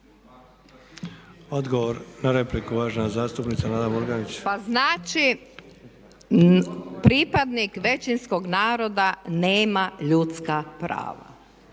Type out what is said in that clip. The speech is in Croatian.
Odgovor na repliku uvažena zastupnica Nada Murganić. **Murganić, Nada (HDZ)** Pa znači pripadnik većinskog naroda nema ljudska prava.